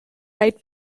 right